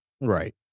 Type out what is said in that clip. Right